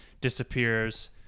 disappears